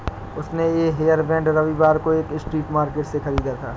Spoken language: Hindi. उसने ये हेयरबैंड रविवार को एक स्ट्रीट मार्केट से खरीदा था